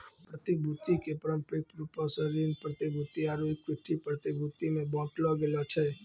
प्रतिभूति के पारंपरिक रूपो से ऋण प्रतिभूति आरु इक्विटी प्रतिभूति मे बांटलो गेलो छै